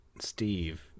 Steve